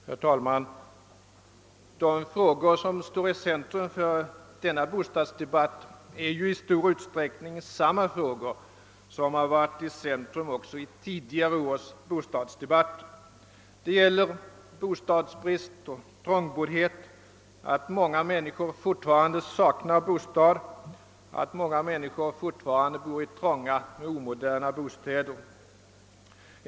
Herr talman! De frågor som står i centrum i denna bostadsdebatt är i stor utsträckning samma frågor som gjort det också i tidigare års bostadsdebatter. Det gäller bostadsbristen och trångboddheten — att många människor fortfarande saknar bostad, eller bor i trånga omoderna bostäder.